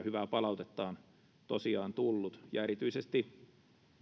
hyvää palautetta on tosiaan tullut ja erityisesti